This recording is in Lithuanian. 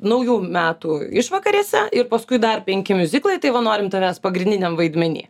naujų metų išvakarėse ir paskui dar penki miuziklai tai va norim tavęs pagrindiniam vaidmeny